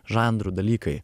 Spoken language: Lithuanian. žanrų dalykai